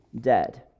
dead